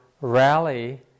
rally